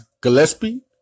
Gillespie